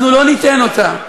אנחנו לא ניתן אותה.